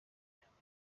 cyangwa